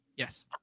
Yes